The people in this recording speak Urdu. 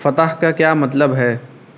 فتح کا کیا مطلب ہے